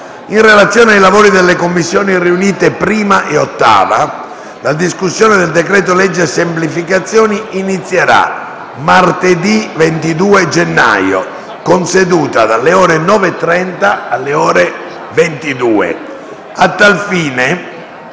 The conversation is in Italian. In relazione ai lavori delle Commissioni riunite 1a e 8a, la discussione del decreto-legge semplificazioni inizierà martedì 22 gennaio, con seduta dalle ore 9,30 alle ore 22.